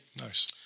Nice